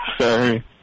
Sorry